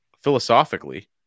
Philosophically